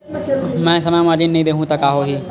मैं समय म ऋण नहीं देहु त का होही